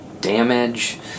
damage